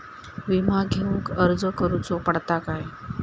विमा घेउक अर्ज करुचो पडता काय?